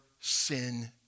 sin